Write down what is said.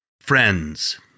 Friends